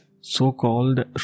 so-called